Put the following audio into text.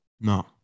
No